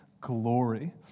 glory